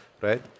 right